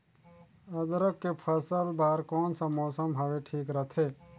अदरक के फसल बार कोन सा मौसम हवे ठीक रथे?